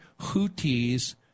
Houthis